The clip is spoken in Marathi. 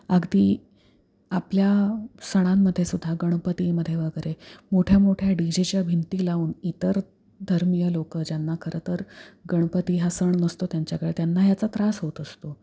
अगदी आपल्या सणांमध्ये सुद्धा गणपतीमध्ये वगैरे मोठ्या मोठ्या डी जेच्या भिंती लावून इतर धर्मीय लोकं ज्यांना खरंतर गणपती हा सण नसतो त्यांच्याकडे त्यांना ह्याचा त्रास होत असतो